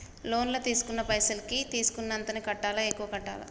Loan లా తీస్కున్న పైసల్ కి తీస్కున్నంతనే కట్టాలా? ఎక్కువ కట్టాలా?